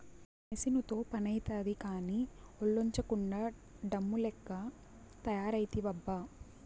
మెసీనుతో పనైతాది కానీ, ఒల్లోంచకుండా డమ్ము లెక్క తయారైతివబ్బా